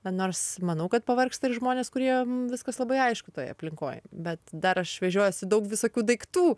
nors manau kad pavargsta ir žmonės kuriem viskas labai aišku toje aplinkoj bet dar aš vežiojasi daug visokių daiktų